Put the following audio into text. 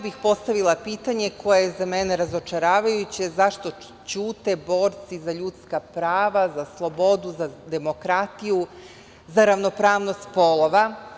Postavila bih pitanje, koje je za mene razočaravajuće – zašto ćute borci za ljudska prava, za slobodu, za demokratiju, za ravnopravnost polova?